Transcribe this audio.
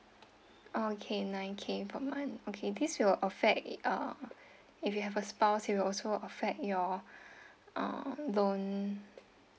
okay nine K per month okay this will affect it uh if you have a spouse it also affect your uh loan